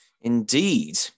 Indeed